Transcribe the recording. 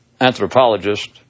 anthropologist